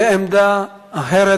עמדה אחרת,